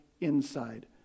inside